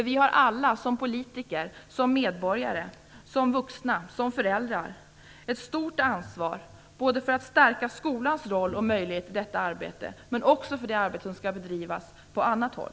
Vi har alla - som politiker, som medborgare, som vuxna eller som föräldrar - ett stort ansvar både för att stärka skolans roll och möjligheter i detta arbete och för det arbete som skall bedrivas på annat håll.